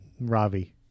Ravi